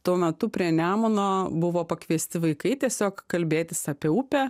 tuo metu prie nemuno buvo pakviesti vaikai tiesiog kalbėtis apie upę